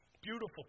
beautiful